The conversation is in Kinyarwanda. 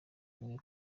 bimwe